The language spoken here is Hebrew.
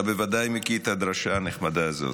אתה בוודאי מכיר את הדרשה הנחמדה הזאת.